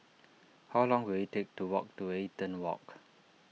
how long will it take to walk to Eaton Walk